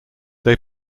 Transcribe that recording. they